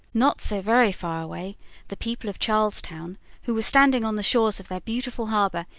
not so very far away the people of charles town, who were standing on the shores of their beautiful harbor,